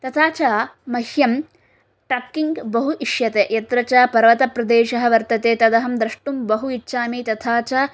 तथा च मह्यं टक्किङ्ग् बहु इष्यते यत्र च पर्वतप्रदेशः वर्तते तद् अहं द्रष्टुं बहु इच्छामि तथा च